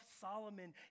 Solomon